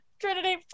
Trinity